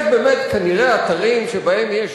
יש באמת כנראה אתרים שבהם יש,